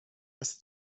است